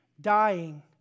dying